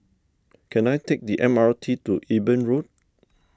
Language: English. can I take the M R T to Eben Road